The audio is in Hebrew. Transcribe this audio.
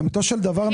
לאמיתו של דבר,